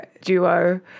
duo